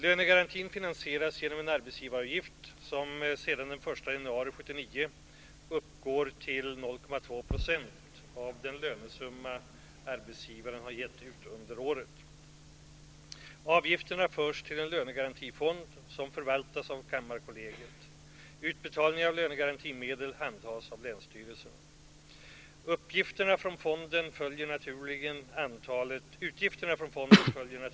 Lönegarantin finansieras genom en arbetsgivaravgift, som sedan den 1 januari 1979 Avgifterna förs till en lönegarantifond, som förvaltas av kammarkollegiet. Utbetalningen av lönegarantimedel handhas av länsstyrelserna. Utgifterna från fonden följer naturligen antalet inträffade konkurser.